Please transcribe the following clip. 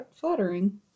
flattering